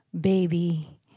baby